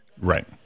Right